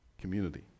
community